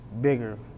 bigger